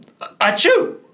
achoo